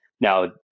Now